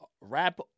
rap